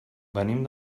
venim